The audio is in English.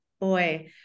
boy